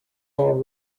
all